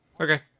Okay